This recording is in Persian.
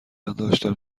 داشتم